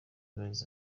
girls